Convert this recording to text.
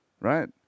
right